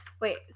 wait